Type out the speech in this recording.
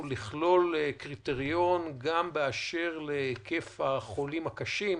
לכלול קריטריון גם באשר להיקף החולים הקשים,